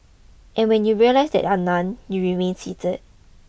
and when you realise that there are none you remain seated